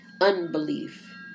unbelief